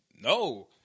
no